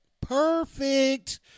perfect